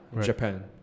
Japan